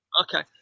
Okay